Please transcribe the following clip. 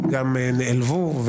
מהאנשים נעלבו,